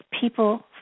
people